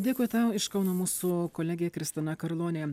dėkui tau iš kauno mūsų kolegė kristina karlonė